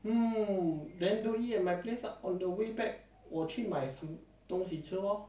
orh 你去咯 for me is not really on the way because will be passing by